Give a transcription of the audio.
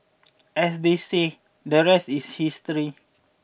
as they say the rest is history